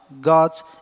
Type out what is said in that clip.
God's